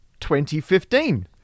2015